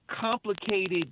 complicated